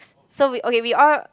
so we okay we all